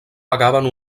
pagaven